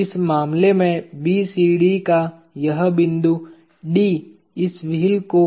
इस मामले में BCD का यह बिंदु D इस व्हील को